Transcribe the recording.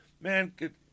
Man